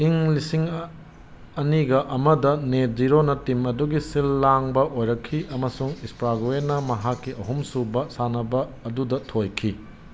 ꯏꯪ ꯂꯤꯁꯤꯡ ꯑꯅꯤꯒ ꯑꯃꯗ ꯅꯦꯠ ꯖꯤꯔꯣꯅ ꯇꯤꯝ ꯑꯗꯨꯒꯤ ꯁꯤꯜ ꯂꯥꯡꯕ ꯑꯣꯏꯔꯛꯈꯤ ꯑꯃꯁꯨꯡ ꯁ꯭ꯄꯥꯒꯨꯋꯦꯅ ꯃꯍꯥꯛꯀꯤ ꯑꯍꯨꯝ ꯁꯨꯕ ꯁꯥꯟꯅꯕ ꯑꯗꯨꯗ ꯊꯣꯏꯈꯤ